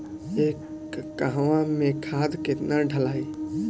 एक कहवा मे खाद केतना ढालाई?